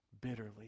bitterly